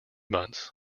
months